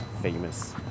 famous